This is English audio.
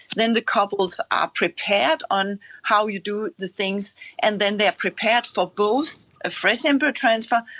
then the couples are prepared on how you do the things and then they are prepared for both a fresh embryo transfer,